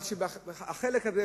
אבל בחלק הזה,